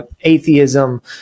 atheism